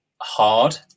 hard